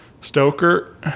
Stoker